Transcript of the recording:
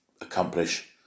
accomplish